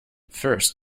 first